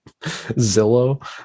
Zillow